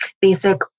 basic